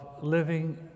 living